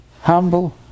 Humble